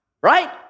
right